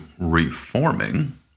reforming